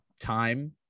time –